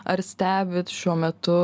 ar stebit šiuo metu